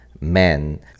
men